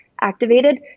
activated